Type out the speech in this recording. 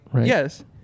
yes